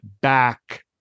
back